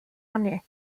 année